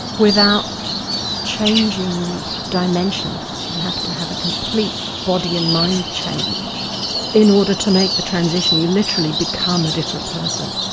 without changing dimensions. you have to have a complete body and mind change in order to make the transition. you literally become a different person.